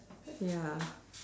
ya